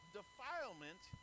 defilement